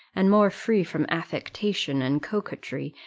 and more free from affectation and coquetry,